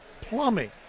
plumbing